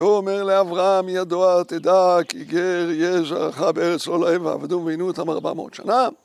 והוא אומר לאברהם: ידוע תדע כי גר יהיה זרעך בארץ לא להם ועבדום ועינו אותם ארבע מאות שנה